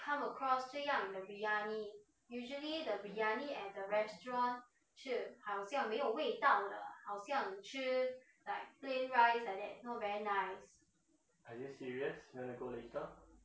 are you serious you want to go later